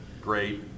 great